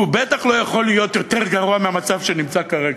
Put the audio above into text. והוא בטח לא יכול להיות יותר גרוע מהמצב כרגע.